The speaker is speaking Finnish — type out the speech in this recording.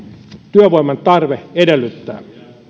työvoiman tarve edellyttää